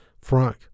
Frank